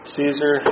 Caesar